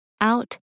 out